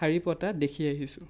শাৰী পতা দেখি আহিছোঁ